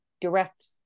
direct